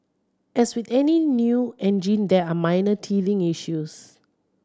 as with any new engine there are minor teething issues